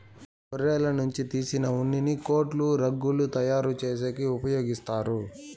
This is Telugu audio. గొర్రెల నుంచి తీసిన ఉన్నిని కోట్లు, రగ్గులు తయారు చేసేకి ఉపయోగిత్తారు